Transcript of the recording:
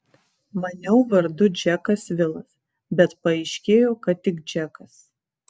maniau vardu džekas vilas bet paaiškėjo kad tik džekas